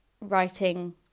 writing